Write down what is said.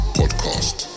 podcast